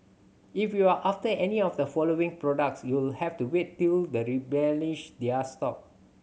if you're after any of the following products you'll have to wait till they replenish their stock